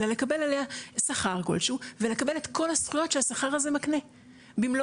אלא לקבל עליה שכר כלשהו ולקבל את כל הזכויות שהשכר הזה מקנה במלואם,